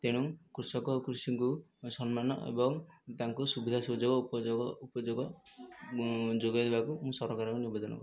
ତେଣୁ କୃଷକ ଆଉ କୃଷିକୁ ସମ୍ମାନ ଏବଂ ତାଙ୍କୁ ସୁବିଧା ସୁଯୋଗ ଉପଯୋଗ ଉପଯୋଗ ଯୋଗାଇଦେବାକୁ ମୁଁ ସରକାରଙ୍କୁ ନିବେଦନ କରୁଛି